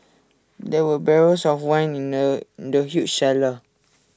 there were barrels of wine in the in the huge cellar